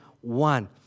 one